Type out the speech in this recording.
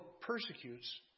persecutes